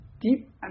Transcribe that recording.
deep